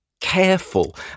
careful